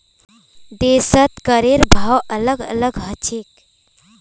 देशत करेर भाव अलग अलग ह छेक